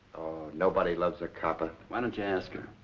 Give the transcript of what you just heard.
nobody loves a copper. why don't you ask her?